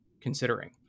considering